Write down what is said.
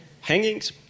Hangings